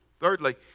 Thirdly